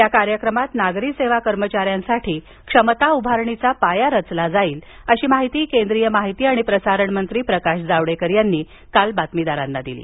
या कार्यक्रमात नागरी सेवा कर्मचाऱ्यांसाठी क्षमता उभारणीचा पाया रचला जाईल अशी माहिती केंद्रीय माहिती आणि प्रसारण मंत्री प्रकाश जावडेकर यांनी बातमीदारांनी काल दिली